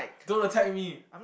don't attack me